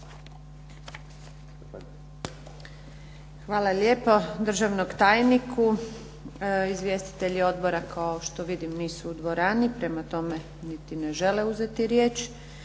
Hvala lijepo državnom tajniku. Izvjestitelji odbora kao što vidim nisu u dvorani prema tome niti ne žele uzeti riječ.